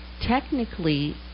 technically